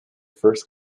first